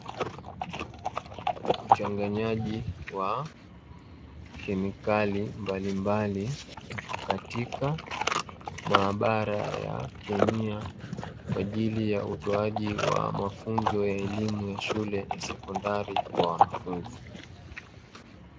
Uchanganyaji wa kemikali mbalimbali katika maabara ya kemia kwa ajili ya utoaji wa mafunzo ya elimu ya shule ya sekondari kwa wanafunzi.